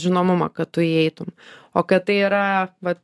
žinomumą kad tu įeitum o kad tai yra vat